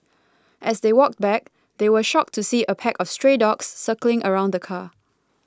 as they walked back they were shocked to see a pack of stray dogs circling around the car